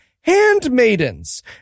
handmaidens